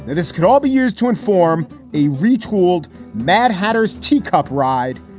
this could all be used to inform a retooled mad hatter's tea cup ride.